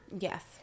Yes